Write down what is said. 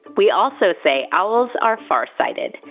we also say owls are far sighted,